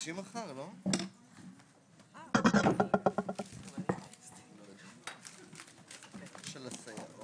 הישיבה ננעלה בשעה